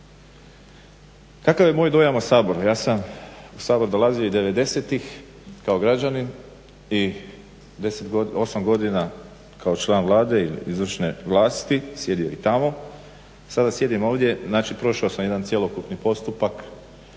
Kakav je moj dojam o Saboru? Ja sam u Sabor dolazio i devedesetih kao građanin i 8 godina kao član Vlade i izvršne vlasti sjedio i tamo. Sada sjedim ovdje, znači prošao sam jedan cjelokupni postupak